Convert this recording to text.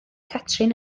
catrin